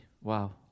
Wow